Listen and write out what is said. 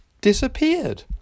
disappeared